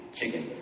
Chicken